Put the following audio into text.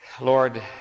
Lord